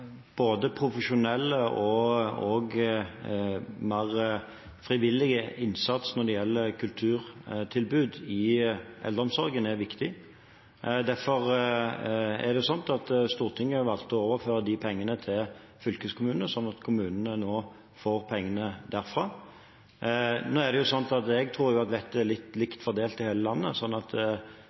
gjelder kulturtilbud i eldreomsorgen, er viktig. Derfor valgte Stortinget å overføre disse pengene til fylkeskommunene, sånn at kommunene nå får pengene derfra. Jeg tror vettet er likt fordelt i hele landet, så jeg tror at også lokalpolitikerne forstår betydningen av dette, enten de er